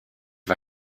war